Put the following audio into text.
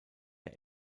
der